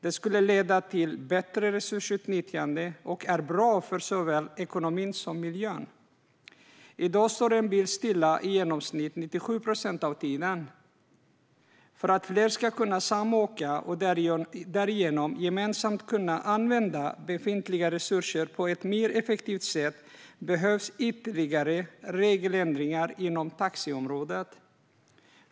Det skulle leda till ett bättre resursutnyttjande och vore bra för såväl ekonomi som miljö. I dag står en bil stilla i genomsnitt 97 procent av tiden. För att fler ska kunna samåka och därigenom gemensamt kunna använda befintliga resurser på ett mer effektivt sätt behövs ytterligare regeländringar inom taxiområdet.